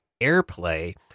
AirPlay